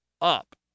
up